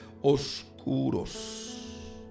oscuros